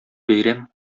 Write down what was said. бәйрәм